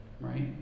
Right